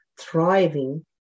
thriving